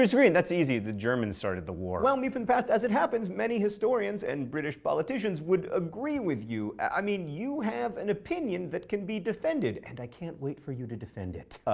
mr. green! that's easy, the germans started the war. well, me from the past, as it happens many historians and british politicians would agree with you. i mean, you have an opinion that can be defended. and i can't wait for you to defend it.